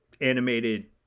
animated